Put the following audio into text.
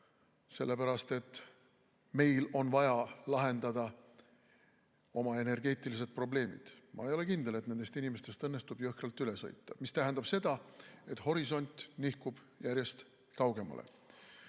sellepärast, et meil on vaja lahendada oma energeetilised probleemid. Ma ei ole kindel, et nendest inimestest õnnestub jõhkralt üle sõita, mis tähendab seda, et horisont nihkub järjest kaugemale.